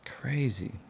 Crazy